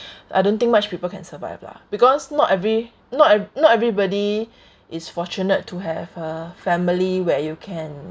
I don't think much people can survive lah because not every not not everybody is fortunate to have uh family where you can